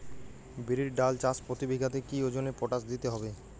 বিরির ডাল চাষ প্রতি বিঘাতে কি ওজনে পটাশ দিতে হবে?